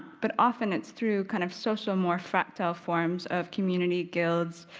but often it's through kind of social, more fractile forms of community, guilds,